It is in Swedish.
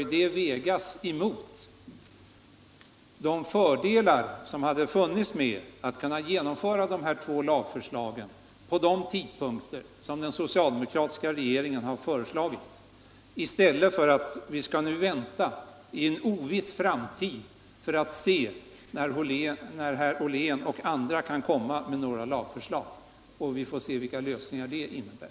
Det skall vägas mot de fördelar som hade följt med att kunna genomföra dessa två lagsförslag vid de tidpunkter som den socialdemokratiska regeringen har föreslagit. I stället skall vi nu vänta på att i en oviss framtid herr Ollén och andra kan komma med några lagförslag, för att se vilka lösningar det innebär.